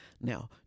Now